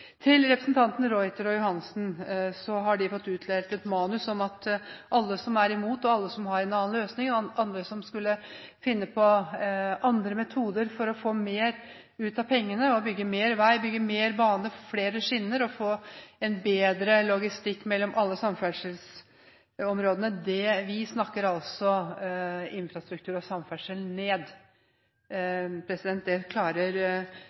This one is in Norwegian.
Til representantene Freddy de Ruiter og Irene Johansen: De har fått utdelt et manus om at alle som er imot, og alle som har en annen løsning – andre som skulle finne på andre metoder for å få mer ut av pengene og bygge mer vei, bygge mer bane, få flere skinner og få en bedre logistikk mellom alle samferdselsområdene – snakker infrastruktur og samferdsel ned. Det klarer